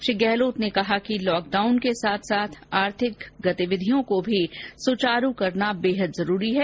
श्री गहलोत ने कहा कि लॉकडाउन के साथ साथ आर्थिक गतिविधियों को मी सुचारू करना बेहद जरूरी है